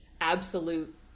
absolute